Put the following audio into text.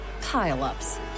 pile-ups